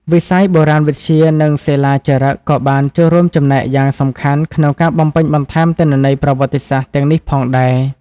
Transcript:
វិស័យបុរាណវិទ្យា និងសិលាចារឹកក៏បានចូលរួមចំណែកយ៉ាងសំខាន់ក្នុងការបំពេញបន្ថែមទិន្នន័យប្រវត្តិសាស្ត្រទាំងនេះផងដែរ។